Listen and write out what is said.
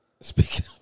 Speaking